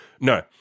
no